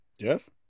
jeff